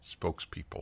spokespeople